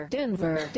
Denver